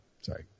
sorry